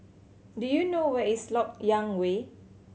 do you know where is Lok Yang Way